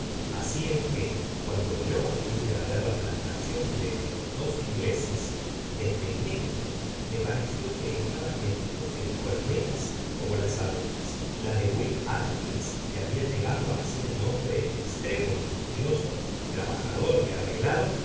asi es que cuando yo fui á ver la plantacion de los dos ingleses desde lejos no pareció que estaban metidos en colmenas como las abejas la de will atkins que habia content from google book search generated at llegado áser un hombre en estremo industrioso trabajador y arreglado